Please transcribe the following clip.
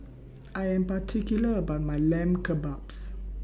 I Am particular about My Lamb Kebabs